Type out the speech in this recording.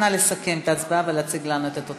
נא לסכם את ההצבעה ולהציג לנו את התוצאות.